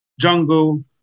jungle